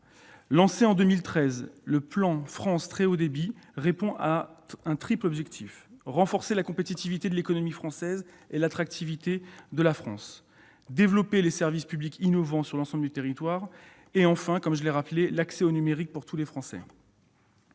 Lancé en 2013, le plan France Très haut débit répond à un triple objectif : renforcer la compétitivité de notre économie et l'attractivité de la France ; développer les services publics innovants sur l'ensemble du territoire ; et, comme je l'ai rappelé, permettre l'accès au numérique pour tous les Français.